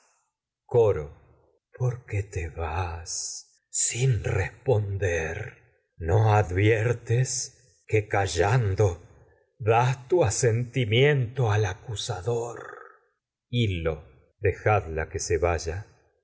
coro por qué te vas sin responder no adviertes que callando das tu asentimiento al acusador hil lo viento dejadla que se vaya